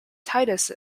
titus